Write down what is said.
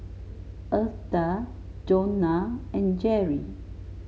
Eartha Jonna and Jerrie